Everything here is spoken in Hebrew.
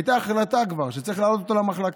הייתה כבר החלטה שצריך להעלות אותו למחלקה.